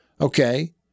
Okay